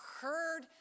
heard